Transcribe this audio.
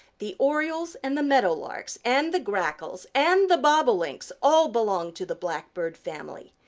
the orioles and the meadow larks and the grackles and the bobolinks all belong to the blackbird family.